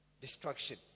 destruction